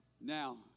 Now